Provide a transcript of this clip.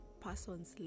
persons